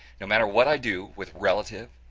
no matter what i do with relative,